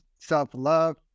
Self-love